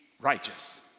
righteous